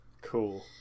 Cool